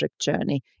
journey